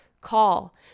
call